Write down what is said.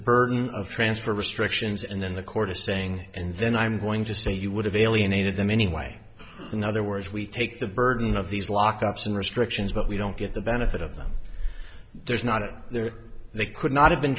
burden of transfer restrictions and then the court is saying and then i'm going to say you would have alienated them anyway in other words we take the burden of these lockups and restrictions but we don't get the benefit of them there's not a there they could not have been